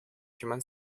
human